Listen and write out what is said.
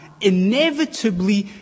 inevitably